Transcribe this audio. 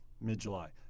mid-July